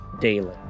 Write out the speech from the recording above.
daily